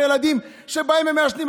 ילדים שבאים ומעשנים.